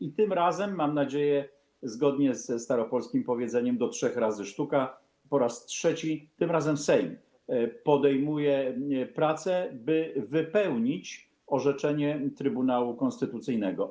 I tym razem - mam nadzieję, że zgodnie ze staropolskim powiedzeniem: do trzech razy sztuka - po raz trzeci tym razem Sejm podejmuje prace, by wypełnić orzeczenie Trybunału Konstytucyjnego.